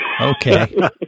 okay